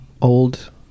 old